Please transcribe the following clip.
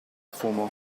fumo